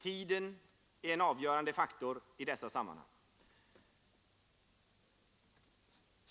Tiden är en avgörande faktor i dessa sammanhang.